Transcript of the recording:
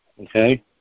Okay